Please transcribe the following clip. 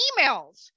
emails